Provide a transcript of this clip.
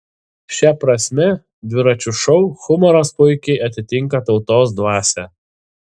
šia prasme dviračio šou humoras puikiai atitinka tautos dvasią